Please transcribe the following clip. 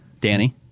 Danny